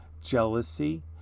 jealousy